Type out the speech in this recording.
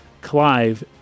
Clive